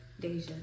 Deja